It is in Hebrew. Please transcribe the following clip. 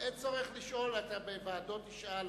אין צורך לשאול, אתה בוועדות תשאל.